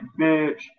bitch